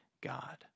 God